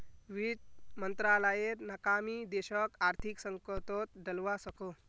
वित मंत्रालायेर नाकामी देशोक आर्थिक संकतोत डलवा सकोह